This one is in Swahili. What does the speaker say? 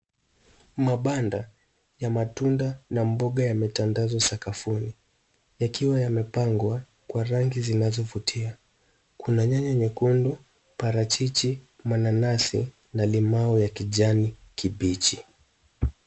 Mabanda ya matunda na mboga yametandazwa sakafuni, yakiwa yamepangwa kwa rangi zanazovutia. Kuna nyanya nyekundu, parachichi, mananasi na limau ya kijani kibichi.